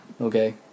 Okay